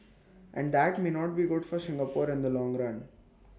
and that may not be good for Singapore in the long run